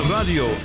Radio